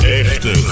echte